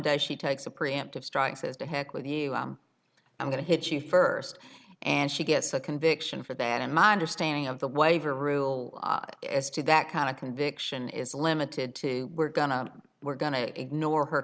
day she takes a preemptive strike says to heck with you i'm going to hit you first and she gets a conviction for that and my understanding of the waiver rule as to that kind of conviction is limited to we're going to we're going to ignore her